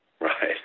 Right